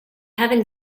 heaven